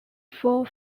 four